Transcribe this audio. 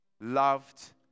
loved